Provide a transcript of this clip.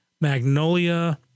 Magnolia